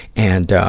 and, ah,